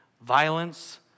violence